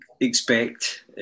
expect